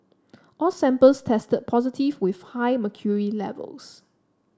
all samples tested positive with high mercury levels